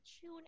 tune